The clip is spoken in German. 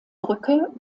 brücke